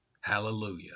Hallelujah